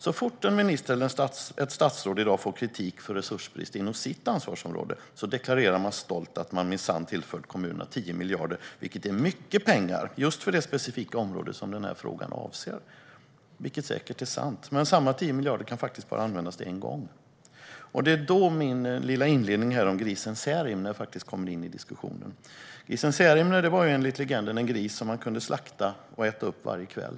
Så fort en minister eller ett statsråd i dag får kritik för resursbrist inom sitt ansvarsområde deklarerar man stolt att man minsann tillfört kommunerna 10 miljarder, vilket är mycket pengar just för det specifika område som den här frågan avser. Men samma 10 miljarder kan faktiskt bara användas en gång. Det är här min lilla inledning om grisen Särimner kommer in i diskussionen. Grisen Särimner var enligt legenden en gris som man kunde slakta och äta upp varje kväll.